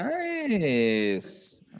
nice